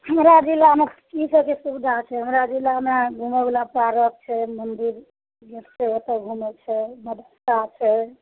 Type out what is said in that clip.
हमरा जिलामे की सबके सुविधा छै हमरा जिलामे घुमयवला पार्क छै मन्दिर छै ओतऽ घुमय छै मदरसा छै